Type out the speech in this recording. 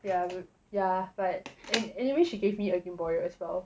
yeah yeah but anyway she gave me a gameboy as well